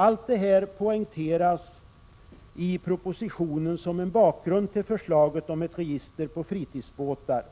Allt detta poängteras i propositionen som en bakgrund till förslaget om ett register för fritidsbåtar.